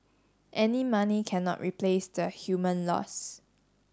any money cannot replace the human loss